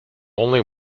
only